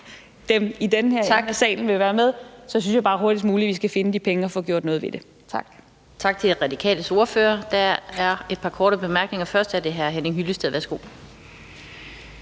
dem i den her ende af salen vil være med – så synes jeg bare hurtigst muligt vi skal finde de penge og få gjort noget ved det. Kl.